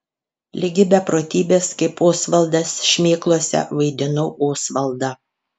ligi beprotybės kaip osvaldas šmėklose vaidinau osvaldą